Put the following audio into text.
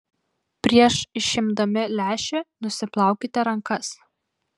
prieš išimdami lęšį nusiplaukite rankas